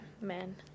men